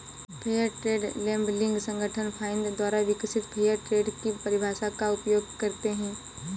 fair trade labelling संगठन FINE द्वारा विकसित फेयर ट्रेड की परिभाषा का उपयोग करते हैं